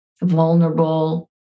vulnerable